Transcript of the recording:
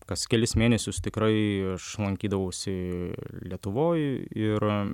kas kelis mėnesius tikrai aš lankydavausi lietuvoj ir